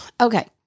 Okay